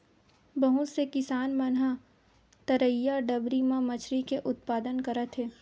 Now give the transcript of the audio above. बहुत से किसान मन ह तरईया, डबरी म मछरी के उत्पादन करत हे